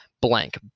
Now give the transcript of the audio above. blank